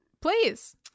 Please